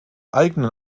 eigenen